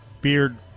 Beard